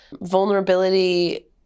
vulnerability